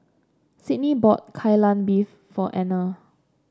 Sydney bought Kai Lan Beef for Anner